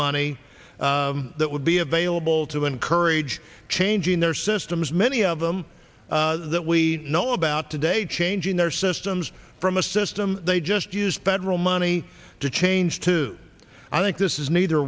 money that would be available to encourage changing their systems many of them that we know about today changing their systems from a system they just used federal money to change to i think this is neither